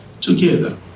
together